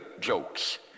jokes